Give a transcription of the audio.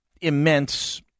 immense